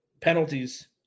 penalties